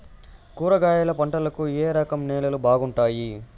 కూరగాయల పంటలకు ఏ రకం నేలలు బాగుంటాయి?